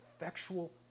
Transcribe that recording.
effectual